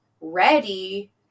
ready